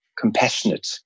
compassionate